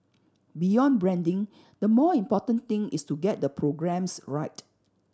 beyond branding the more important thing is to get the programmes right